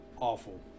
awful